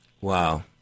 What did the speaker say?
wow